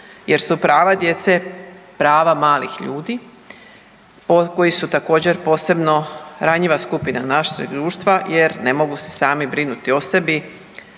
jer su prava djece, prava malih ljudi koji su također posebno ranjiva skupina našeg društva jer ne mogu se sami brinuti o sebi